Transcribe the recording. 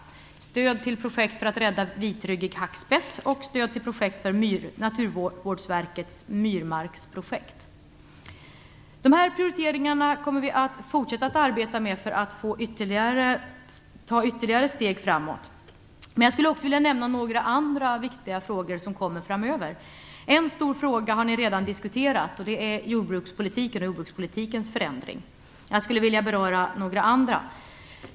Det är stöd till projekt för att rädda vitryggig hackspett och stöd till Naturvårdsverkets myrmarksprojekt. De här prioriteringarna kommer vi att fortsätta att arbeta med för att ta ytterligare steg framåt. Men jag skulle också vilja nämna några andra viktiga frågor, som kommer upp framöver. En av de stora frågorna har ni redan diskuterat, nämligen jordbrukspolitikens förändring. Jag skulle vilja beröra några andra.